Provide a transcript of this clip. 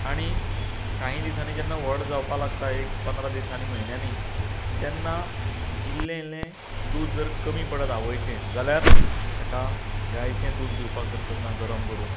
आनीं कांय दिसानीं जेन्ना व्हड जावपाक लागता एक पंदरा दिसानीं म्हयन्यानीं तेन्ना इल्लें इल्लें दूद जर कमी पडत आवयचें जाल्यार ताकां गायचें दूद दिवपाक हरकत ना गरम करुन